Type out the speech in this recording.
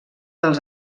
dels